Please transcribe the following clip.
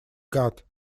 god